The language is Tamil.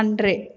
அன்று